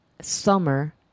summer